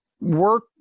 work